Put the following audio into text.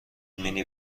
مینی